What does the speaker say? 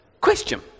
question